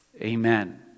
Amen